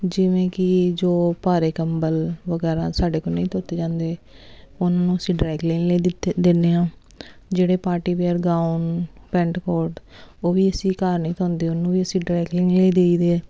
ਜਿਵੇਂ ਕਿ ਜੋ ਭਾਰੇ ਕੰਬਲ ਵਗੈਰਾ ਸਾਡੇ ਕੋਲ ਨਹੀਂ ਧੋਤੇ ਜਾਂਦੇ ਉਹਨਾਂ ਨੂੰ ਅਸੀਂ ਡਰੈ ਕਲੀਨ ਲਈ ਦਿੱਤੇ ਦਿੰਦੇ ਹਾਂ ਜਿਹੜੇ party wear gown pant coat ਉਹ ਵੀ ਅਸੀਂ ਘਰ ਨਹੀਂ ਧੋਂਦੇ ਉਹਨੂੰ ਵੀ ਅਸੀਂ ਡਰਾਈ ਕਲੀਨ ਲਈ ਦਈਦੇ ਆ